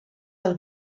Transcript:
del